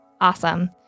Awesome